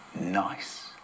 Nice